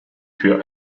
für